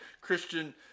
Christian